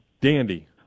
Dandy